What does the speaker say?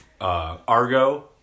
Argo